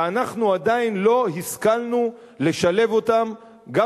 ואנחנו עדיין לא השכלנו לשלב אותם גם